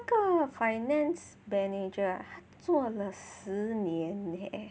那个 finance manager 他做了十年 leh